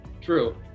true